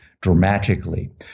dramatically